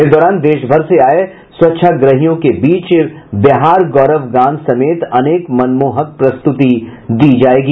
इस दौरान देशभर से आये स्वच्छाग्रहियों के बीच बिहार गौरव गान समेत अनेक मनमोहक प्रस्तुति दी जायेगी